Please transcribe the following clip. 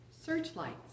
searchlights